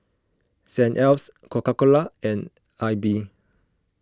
Saint Ives Coca Cola and Aibi